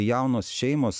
jaunos šeimos